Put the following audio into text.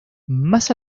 más